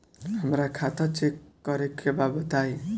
हमरा खाता चेक करे के बा बताई?